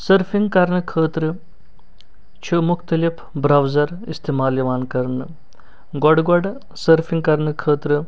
surfing کرنہٕ خٲطرٕ چھِ مختلف برٛوزَر استعمال یِوان کرنہٕ گۄڈٕ گۄڈٕ سٔرفِنٛگ کرنہٕ خٲطرٕ